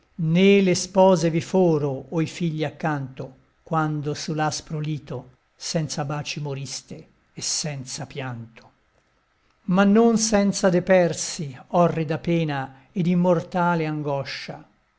né le spose vi foro o i figli accanto quando su l'aspro lito senza baci moriste e senza pianto ma non senza de persi orrida pena ed immortale angoscia